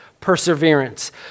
perseverance